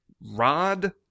rod